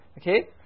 Okay